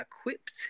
equipped